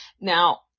Now